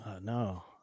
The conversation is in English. no